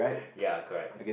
ya correct